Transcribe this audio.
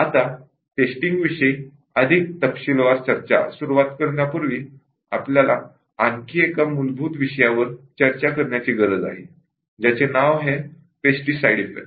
आता टेस्टिंग विषयी अधिक तपशीलवार चर्चा सुरवात करण्यापूर्वी आपल्याला आणखी एका मूलभूत विषयावर चर्चा करण्याची गरज आहे ज्याचे नाव आहे पेस्टीसाइड इफेक्ट